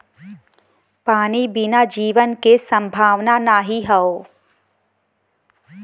पानी बिना जीवन के संभावना नाही हौ